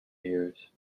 ears